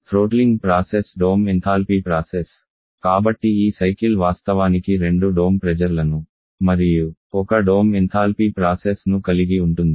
throttling process dome enthalpy process కాబట్టి ఈ cycle వాస్తవానికి రెండు డోమ్ ప్రెజర్ లను మరియు ఒక డోమ్ ఎంథాల్పీ ప్రాసెస్ ను కలిగి ఉంటుంది